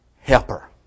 helper